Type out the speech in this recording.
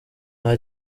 nta